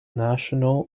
national